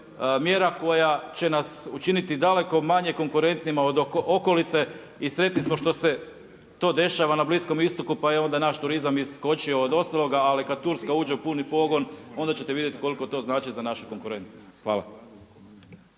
koja će nas učiniti dakle manje konkurentima od okolice i sretni smo što se to dešava na bliskom istoku pa je onda naš turizam iskočio od ostaloga ali kad Turska uđe u puni pogon onda ćete vidjeti koliko to znači za našu konkurentnosti. Hvala.